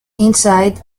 inside